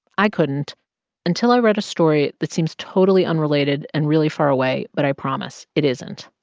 i couldn't until i read a story that seems totally unrelated and really far away, but i promise it isn't.